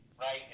right